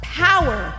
power